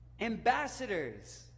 ambassadors